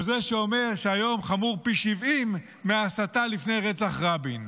או זה שאומר שהיום חמור פי 70 מההסתה לפני רצח רבין?